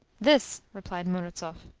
this, replied murazov.